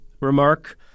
remark